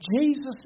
Jesus